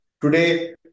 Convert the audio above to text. Today